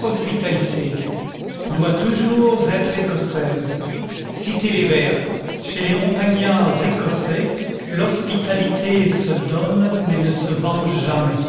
hospitalité doit toujours être écossaise citer les vers chez les montagnards écossais l'hospitalité se donne mais ne se vend jamais